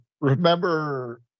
remember